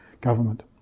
government